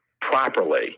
properly